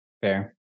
fair